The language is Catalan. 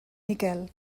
miquel